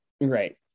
Right